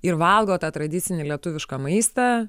ir valgo tą tradicinį lietuvišką maistą